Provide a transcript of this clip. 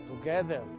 together